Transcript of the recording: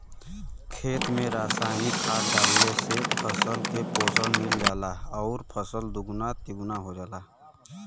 खेत में रासायनिक खाद डालले से फसल के पोषण मिल जाला आउर फसल दुगुना तिगुना हो जाला